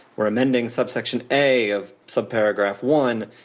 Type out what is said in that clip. we're amending subsection a of subparagraph one,